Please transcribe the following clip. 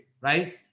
right